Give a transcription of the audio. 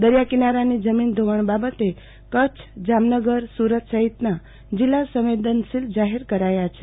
દરિયાકિનારાની જમીન ધોવાણ બાબતે કચ્છ જામનગર સુરત સહિતના જિલ્લા સંવેદનશીલ જાહેર કરાયા છે